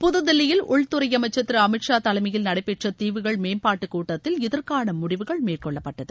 புதுதில்லியில் உள்துறை அமைச்சர் திரு அமித்ஷா தலைமையில் நடைபெற்ற தீவுகள் மேம்பாட்டுக் கூட்டத்தில் இதற்கான முடிவுகள் மேற்கொள்ளப்பட்டது